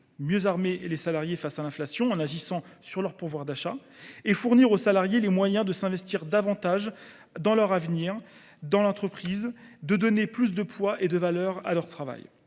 mieux armer les salariés face à l’inflation, en agissant sur leur pouvoir d’achat, et celui de leur fournir les moyens de s’investir davantage dans l’avenir de leur entreprise et de donner plus de poids et de valeur à leur travail.